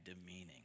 demeaning